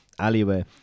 alleyway